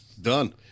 Done